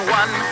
one